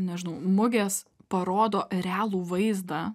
nežinau mugės parodo realų vaizdą